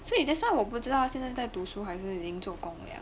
所以 thats why 我不知道他现在在读书还是已经做工了